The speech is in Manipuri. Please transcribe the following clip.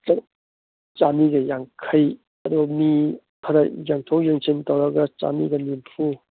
ꯆꯅꯤꯒ ꯌꯥꯡꯈꯩ ꯑꯗꯨ ꯃꯤ ꯈꯔ ꯌꯦꯡꯊꯣꯛ ꯌꯦꯡꯁꯤꯟ ꯇꯧꯔꯒ ꯆꯅꯤꯒ ꯅꯤꯐꯨ